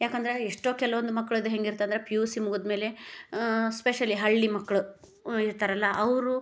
ಯಾಕಂದರೆ ಎಷ್ಟೋ ಕೆಲವೊಂದು ಮಕ್ಳದ್ದು ಹೆಂಗಿರ್ತಂದ್ರೆ ಪಿ ಯು ಸಿ ಮುಗಿದ ಮೇಲೆ ಸ್ಪೆಷಲಿ ಹಳ್ಳಿ ಮಕ್ಕಳು ಇರ್ತಾರಲ್ಲ ಅವರು